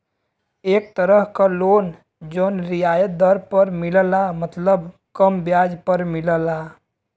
एक तरह क लोन जौन रियायत दर पर मिलला मतलब कम ब्याज पर मिलला